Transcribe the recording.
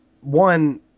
one